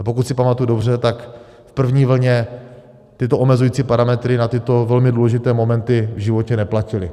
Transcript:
A pokud si pamatuji dobře, tak v první vlně tyto omezující parametry na tyto velmi důležité momenty v životě neplatily.